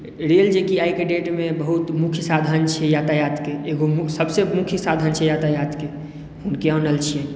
rail जेकी आइके date मे बहुत मुख्य साधन छै यातायातके एगो सबसे मुख्य साधन छै यातायातके हुनके आनल छियनि